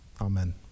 amen